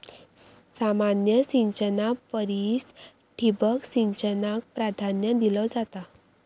सामान्य सिंचना परिस ठिबक सिंचनाक प्राधान्य दिलो जाता